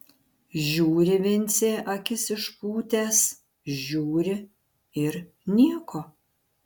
žiūri vincė akis išpūtęs žiūri ir nieko